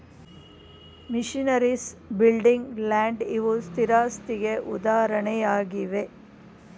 missionaries, building, land ಇವು ಸ್ಥಿರಾಸ್ತಿಗೆ ಉದಾಹರಣೆಯಾಗಿವೆ